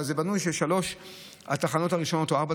אבל זה בנוי ששלוש או ארבע התחנות הראשונות,